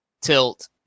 tilt